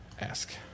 Ask